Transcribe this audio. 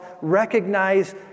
recognize